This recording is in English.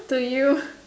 to you